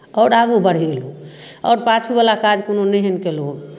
आओर आगू बढ़ेलहुँ आओर पाछूवला काज कोनो नहि एहन कयलहुँ